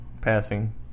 passing